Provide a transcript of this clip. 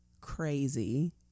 crazy